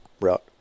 route